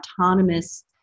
autonomous